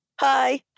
Hi